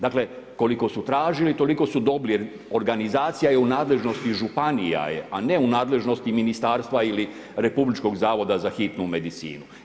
Dakle, koliko su tražili, toliko su dobili jer organizacija je u nadležnosti županija, a ne u nadležnosti Ministarstva ili Republičkog zavoda za hitnu medicinu.